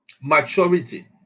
Maturity